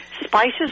Spices